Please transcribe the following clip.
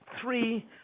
three